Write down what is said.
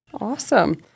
Awesome